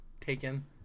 taken